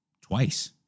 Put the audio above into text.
twice